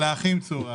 של האחים צור.